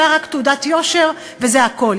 הייתה רק תעודת יושר וזה הכול,